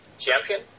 champion